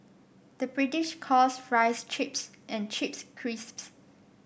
the British calls fries chips and chips crisps